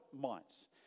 months